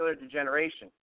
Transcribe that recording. degeneration